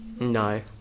No